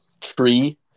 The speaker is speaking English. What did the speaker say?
tree